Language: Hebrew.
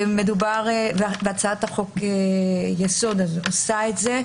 הצעת חוק היסוד עושה זאת,